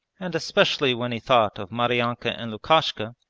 and especially when he thought of maryanka and lukashka,